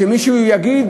שמישהו יגיד